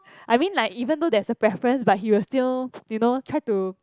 I mean like even though there's a preference but he will still you know try to